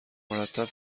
مرتب